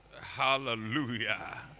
Hallelujah